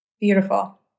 Beautiful